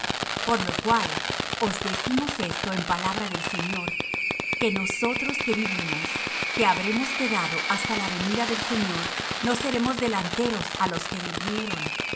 por lo cual os decimos esto en palabra del señor que nosotros que vivimos que habremos quedado hasta la venida del señor no seremos delanteros á los que durmieron